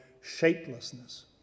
shapelessness